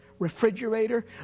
Refrigerator